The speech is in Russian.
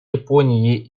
японии